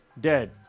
Dead